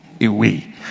away